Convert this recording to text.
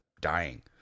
dying